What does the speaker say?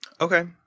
Okay